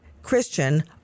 christian